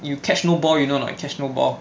you catch no ball you know not catch no ball